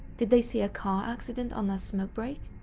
did they see a car accident on their smoke break?